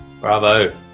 Bravo